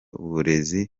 uburezi